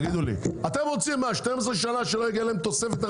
אתם רוצים ש-12 שנה לא תגיע להם תוספת,